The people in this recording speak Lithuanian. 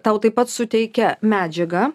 tau taip pat suteikia medžiagą